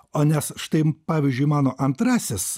o nes štai pavyzdžiui mano antrasis